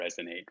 resonate